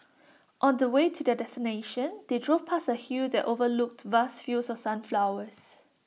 on the way to their destination they drove past A hill that overlooked vast fields of sunflowers